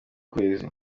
kwezi